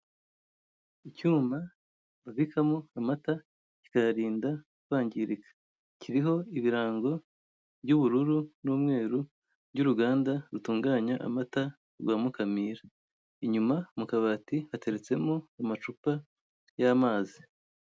Icyuma babikamo amata kikayarinda kwangirika. Kiriho ikirango by'ubururu n'umweru by'uruganda rutunganya amata rwa Mukamira. Inyuma mu kabati hateretsemo amacupa y'amazi.